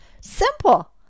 simple